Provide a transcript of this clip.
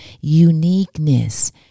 uniqueness